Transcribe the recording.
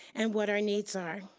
and what our needs are.